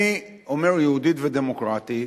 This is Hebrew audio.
אני אומר: יהודית ודמוקרטית,